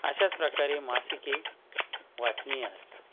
अशाच प्रकारे मासिके वाचनीय असतात